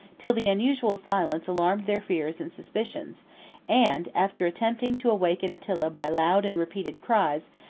till the unusual silence alarmed their fears and suspicions and, after attempting to awaken attila by loud and repeated cries,